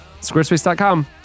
Squarespace.com